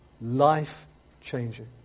life-changing